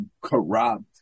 corrupt